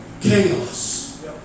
chaos